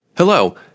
Hello